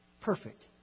perfect